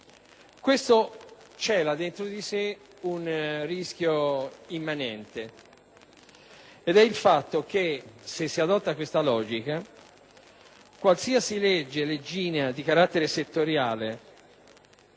Questo cela in sé un rischio immanente ed è il fatto che, se si adotta questa logica, qualsiasi legge o leggina di carattere settoriale,